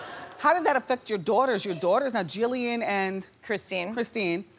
how did that affect your daughters? your daughters, now jillian and. christine. christine.